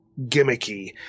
gimmicky